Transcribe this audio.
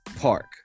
park